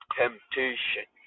temptation